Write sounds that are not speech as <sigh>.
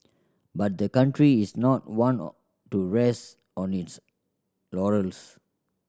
but the country is not one <unintelligible> to rest on its laurels